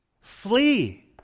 flee